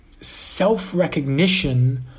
self-recognition